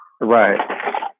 Right